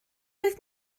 oedd